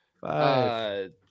Five